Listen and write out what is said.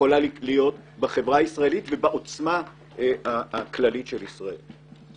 בחברה הישראלית ובעוצמה הכללית של ישראל.